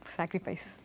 sacrifice